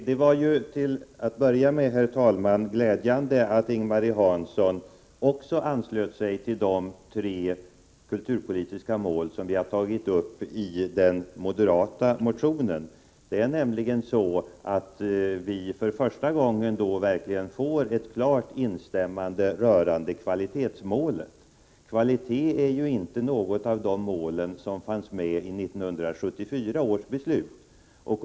Herr talman! Det är glädjande att också Ing-Marie Hansson ansluter sig till de tre kulturpolitiska mål som vi har tagit upp i den moderata motionen. Därmed har vi för första gången fått ett klart instämmande från socialdemokratiskt håll rörande kvalitetsmålet. Kvalitet är ju inte något av de mål som fanns med i 1974 års beslut.